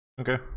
Okay